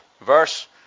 Verse